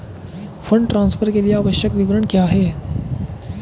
Fund transfer के लिए आवश्यक विवरण क्या हैं?